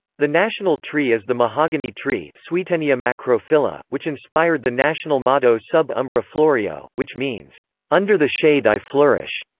the national tree is the mahogany tree swietenia macrophylla, which inspired the national motto sub umbra floreo, which means under the shade i flourish.